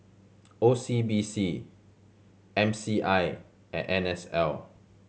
O C B C M C I and N S L